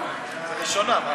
זה ראשונה, מה.